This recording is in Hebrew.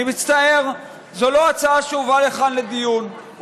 אני מצטער, זאת לא ההצעה שהובאה לכאן לדיון.